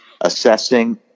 assessing